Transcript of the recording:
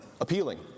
appealing